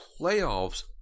playoffs